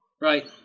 Right